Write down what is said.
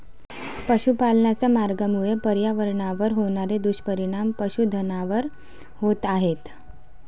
पशुपालनाच्या मार्गामुळे पर्यावरणावर होणारे दुष्परिणाम पशुधनावर होत आहेत